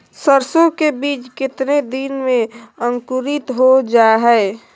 सरसो के बीज कितने दिन में अंकुरीत हो जा हाय?